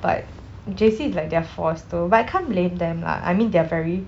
but J_C is like they are forced to but I can't blame them lah I mean they are very